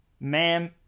Ma'am